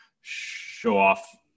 show-off